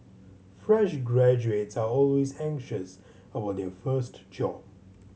fresh graduates are always anxious about their first job